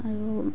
আৰু